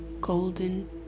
golden